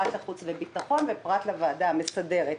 פרט לוועדת החוץ והביטחון ופרט לוועדה המסדרת.